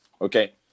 Okay